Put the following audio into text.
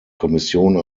kommission